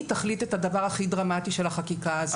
תחליט את הדבר הכי דרמטי של החקיקה הזאת.